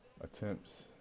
attempts